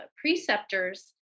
preceptors